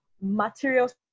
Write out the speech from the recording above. materials